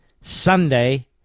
Sunday